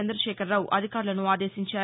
చంద్రశేఖరరావు అధికారులను ఆదేశించారు